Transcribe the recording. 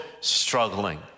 struggling